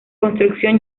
construcción